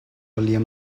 william